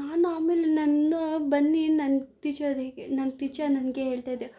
ನಾನು ಆಮೇಲೆ ನನ್ನ ಬನ್ನಿ ನನ್ನ ಟೀಚರಿಗೆ ನನ್ನ ಟೀಚರ್ ನನಗೆ ಹೇಳ್ತಾ ಇದೆ